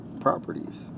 properties